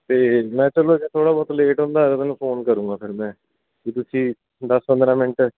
ਅਤੇ ਮੈਂ ਚਲੋ ਜੇ ਥੋੜ੍ਹਾ ਬਹੁਤ ਲੇਟ ਹੁੰਦਾ ਤੁਹਾਨੂੰ ਫੋਨ ਕਰੂੰਗਾ ਫਿਰ ਮੈਂ ਤੁਹਾਤੇ ਤੁਸੀਂ ਦਸ ਪੰਦਰਾਂ ਮਿੰਟ